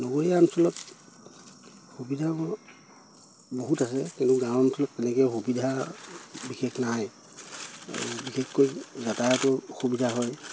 নগৰীয়া অঞ্চলত সুবিধা ব বহুত আছে কিন্তু গাঁও অঞ্চলত তেনেকৈ সুবিধা বিশেষ নাই বিশেষকৈ যাতায়াতৰ অসুবিধা হয়